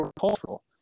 cultural